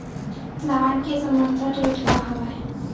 धान के समर्थन रेट का हवाय?